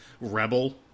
Rebel